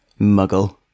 Muggle